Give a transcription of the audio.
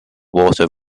water